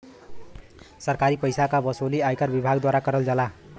सरकारी पइसा क वसूली आयकर विभाग द्वारा करल जाला